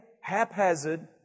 haphazard